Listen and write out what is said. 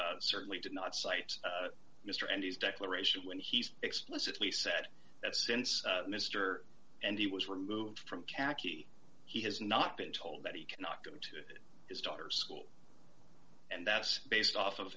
or certainly did not cite mr and his declaration when he's explicitly said that since mr and he was removed from khaki he has not been told that he cannot go to his daughter's school and that's based off of